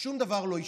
ושום דבר לא השתנה,